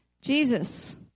Jesus